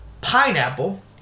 pineapple